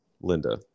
Linda